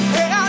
Hey